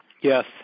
Yes